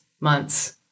months